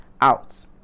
out